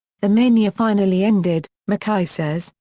the mania finally ended, mackay says,